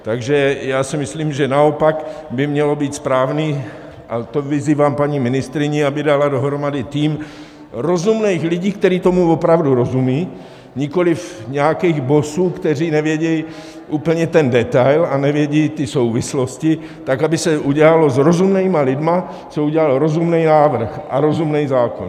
Takže si myslím, že naopak by mělo být správné, a to vyzývám paní ministryni, aby dala dohromady tým rozumných lidí, kteří tomu opravdu rozumějí, nikoliv nějakých bossů, kteří nevědí úplně ten detail a nevědí ty souvislosti, tak aby se udělal s rozumnými lidmi rozumný návrh a rozumný zákon.